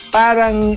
parang